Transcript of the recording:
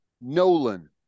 Nolan